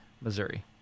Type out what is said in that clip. Missouri